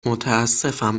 متاسفم